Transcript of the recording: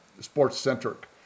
sports-centric